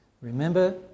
Remember